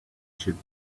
should